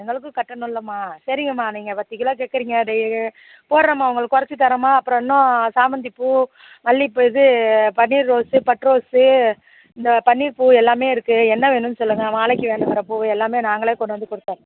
எங்களுக்கும் கட்டணுமிலம்மா சரிங்கம்மா நீங்கள் பத்து கிலோ கேக்கிறிங்க போடுறேம்மா உங்களுக்கு கொறைச்சி தர்றேம்மா அப்பறம் இன்னும் சாமந்தி பூ மல்லி பூ இது பன்னீர் ரோஸ் பட் ரோஸு இந்த பன்னீர் பூ எல்லாம் இருக்குது என்ன வேணும்னு சொல்லுங்கள் மாலைக்கு வர பூ எல்லாம் நாங்களே கொண்டாந்து கொடுத்தர்றோம்